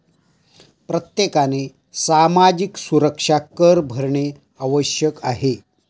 प्रत्येकाने सामाजिक सुरक्षा कर भरणे आवश्यक आहे का?